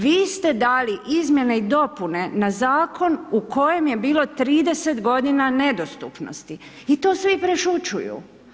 Vi ste dali izmjene i dopune na zakon u kojem je bilo 30 godina nedostupnosti i to svi prešućuju.